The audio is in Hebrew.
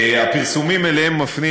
הפרסומים שאליהם מפנים